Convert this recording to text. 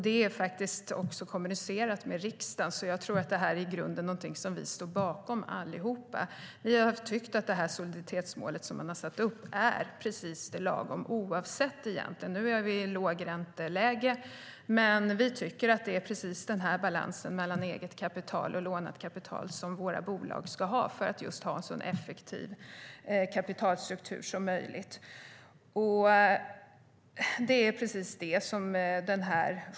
Det är också kommunicerat med riksdagen, så jag tror att det här i grunden är någonting som vi står bakom allihop. Vi har tyckt att det soliditetsmål som man har satt upp är precis lagom. Nu är vi i ett lågränteläge, men vi tycker att det är precis den här balansen mellan eget kapital och lånat kapital som våra bolag ska ha för att ha en så effektiv kapitalstruktur som möjligt.